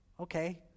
Okay